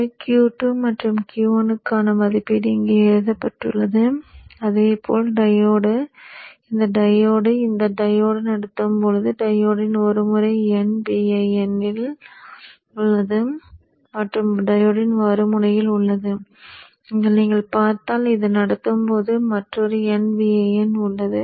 எனவே Q2 மற்றும் Q1 க்கான மதிப்பீடு இங்கே எழுதப்பட்டுள்ளது அதே போல் டையோடு இந்த டையோடு இந்த டையோடு நடத்தும் போது டையோடின் ஒரு முனை nVin இல் உள்ளது மற்றும் டையோடின் மறு முனையில் உள்ளது இங்கே நீங்கள் பார்த்தால் இது நடத்தும் போது மற்றொரு nVin உள்ளது